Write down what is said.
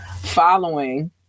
following